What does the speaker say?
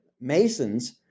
Masons